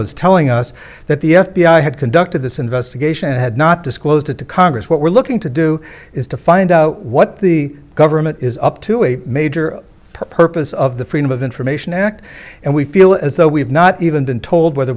was telling us that the f b i had conducted this investigation and had not disclosed it to congress what we're looking to do is to find out what the government is up to a major purpose of the freedom of information act and we feel as though we've not even been told whether